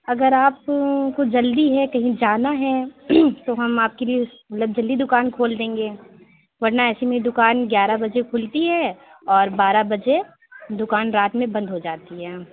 اگر آپ کو جلدی ہے کہیں جانا ہے تو ہم آپ کے لیے مطلب جلدی دُکان کھول دیں گے ورنہ ایسے میری دُکان گیارہ بجے کُھلتی ہے اور بارہ بجے دُکان رات میں بند ہو جاتی ہے